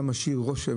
אתה משאיר רושם,